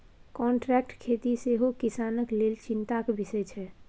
contract खेती सेहो किसानक लेल चिंताक बिषय छै